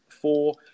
Four